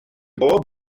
bob